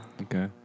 Okay